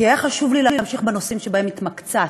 כי היה חשוב לי להמשיך בנושאים שבהם התמקצעתי,